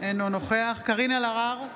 אינו נוכח קארין אלהרר,